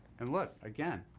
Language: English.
and, look, again.